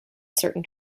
certain